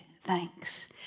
thanks